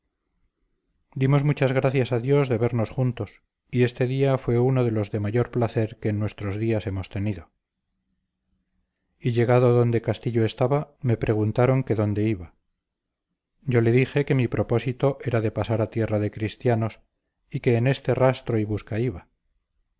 dimos muchas gracias a dios de vernos juntos y este día fue uno de los de mayor placer que en nuestros días hemos tenido y llegado donde castillo estaba me preguntaron que dónde iba yo le dije que mi propósito era de pasar a tierra de cristianos y que en este rastro y busca iba